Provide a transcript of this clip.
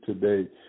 today